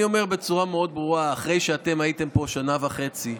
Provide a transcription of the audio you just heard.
אני אומר בצורה מאוד ברורה: אחרי שאתם הייתם פה שנה וחצי,